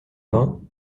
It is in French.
vingts